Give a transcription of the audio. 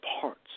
parts